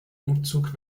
umzug